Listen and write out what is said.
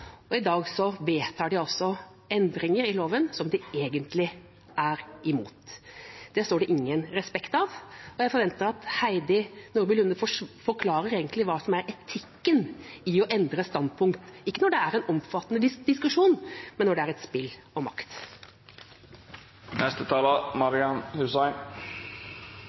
og i dag vedtar de altså endringer i loven som de egentlig er imot. Det står det ingen respekt av, og jeg forventer at Heidi Nordby Lunde forklarer hva som er etikken i å endre standpunkt – ikke når det er en omfattende diskusjon, men når det er et spill om makt. Representanten Marian